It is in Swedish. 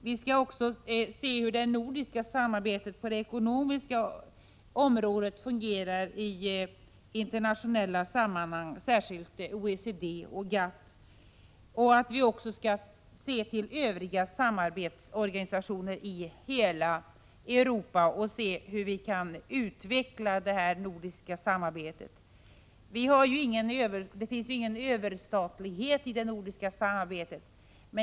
Vi skall även studera hur det nordiska samarbetet på det ekonomiska området fungerar i internationella sammanhang, särskilt när det gäller OECD och GATT. Vi skall ta kontakt med övriga samarbetsorganisationer i hela Europa och se hur vi kan utveckla det nordiska samarbetet. Det finns ingen ”överstatlighet” i det nordiska samarbetet.